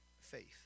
faith